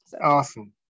Awesome